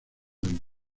del